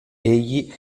egli